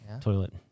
Toilet